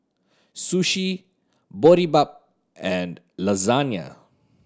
Sushi Boribap and Lasagna